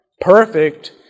perfect